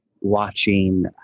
watching